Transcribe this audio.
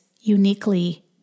uniquely